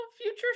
future